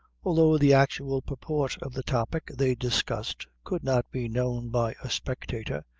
although the actual purport of the topic they discussed could not be known by a spectator,